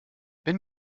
wenn